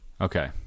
okay